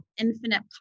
infinite